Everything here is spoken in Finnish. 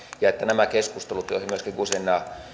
että nämä keskustelut joihin myöskin guzenina